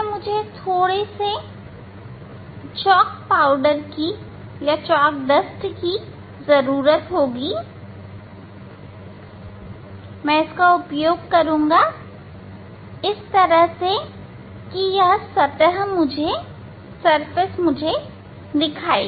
मैं थोड़ी chalk dust का उपयोग करूंगा इस तरह की यह सतह दिखाई दे